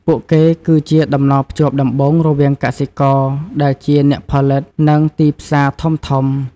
ពួកគេគឺជាតំណភ្ជាប់ដំបូងរវាង កសិករ ដែលជា អ្នកផលិត និង ទីផ្សារធំៗ។